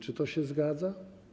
Czy to się zgadza?